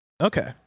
Okay